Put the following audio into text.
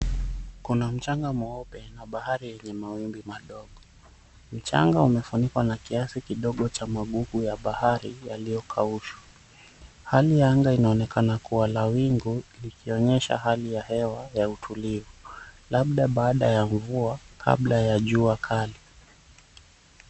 Kuna mchanga mweupe na bahari yenye mawimbi madogo. Mchanga umefunikwa na kiasi kidogo cha bahari yaliyokaushwa. Hali ya anga linaonekana kuwa la wingu likionyesha hali ya hewa ya utulivu labda baada ya mvua kabla ya jua kali.